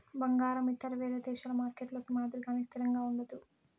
బంగారం ఇతర వేరే దేశాల మార్కెట్లలో మాదిరిగానే స్థిరంగా ఉండదు